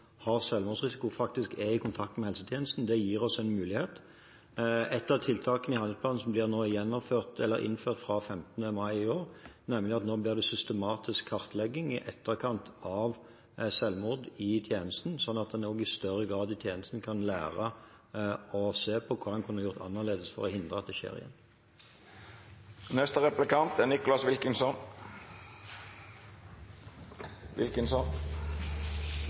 selvmordsrisiko, faktisk er i kontakt med helsetjenesten. Det gir oss en mulighet. Et av tiltakene i handlingsplanen som blir innført fra 15. mai i år, er at det nå blir systematisk kartlegging i tjenesten i etterkant av selvmord, sånn at en i tjenesten i større grad kan lære og å se på hva en kunne gjort annerledes for å hindre at det skjer igjen. Jeg er